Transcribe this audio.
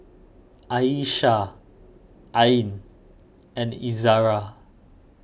Aishah Ain and Izara